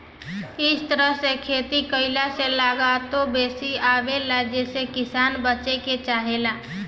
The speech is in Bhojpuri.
इ तरह से खेती कईला से लागतो बेसी आवेला जेसे किसान बचे के चाहेला